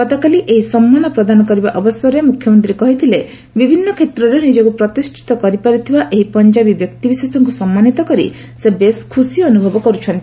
ଗତକାଲି ଏହି ସମ୍ମାନ ପ୍ରଦାନ କରିବା ଅବସରରେ ମୁଖ୍ୟମନ୍ତ୍ରୀ କହିଥିଲେ ବିଭିନ୍ନୁ କ୍ଷେତ୍ରରେ ନିଜକୁ ପ୍ରତିଷ୍ଠିତ କରିପାରିଥିବା ଏହି ପଞ୍ଜାବୀ ବ୍ୟକ୍ତିବିଶେଷଙ୍କୁ ସମ୍ମାନିତ କରି ସେ ବେଶ୍ ଖୁସି ଅନୁଭବ କର୍ଚ୍ଚନ୍ତି